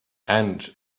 and